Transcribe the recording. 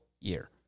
year